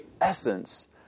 essence